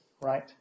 Right